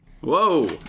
Whoa